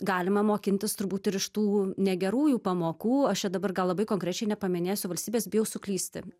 galima mokintis turbūt ir iš tų negerųjų pamokų aš čia dabar gal labai konkrečiai nepaminėsiu valstybės bijau suklysti